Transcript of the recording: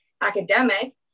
academic